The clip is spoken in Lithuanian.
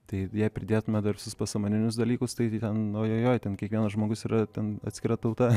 tai jei pridėtume dar visus pasąmoninius dalykus tai ten ojojoj ten kiekvienas žmogus yra ten atskira tauta